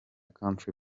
country